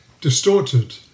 distorted